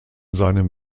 seinem